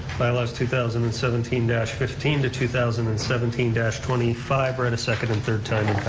bylaws two thousand and seventeen fifteen to two thousand and seventeen twenty five read a second and third time